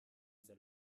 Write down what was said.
the